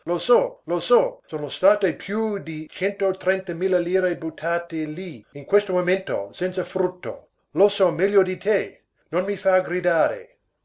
lo so lo so sono state più di centotrenta mila lire buttate lì in questo momento senza frutto lo so meglio di te non mi far gridare